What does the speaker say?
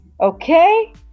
Okay